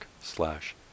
slash